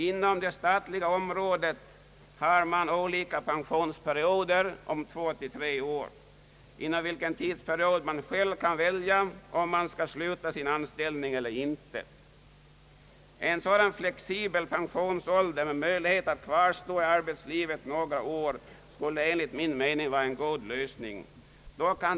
Inom det statliga området har man olika pensionsperioder om två—tre år, och inom tidsperioden kan man själv välja om man skall sluta sin anställning eller inte. En sådan flexibel pensionsålder med möjlighet att kvarstå i arbetslivet några år skulle enligt min mening vara en god lösning.